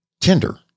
Tinder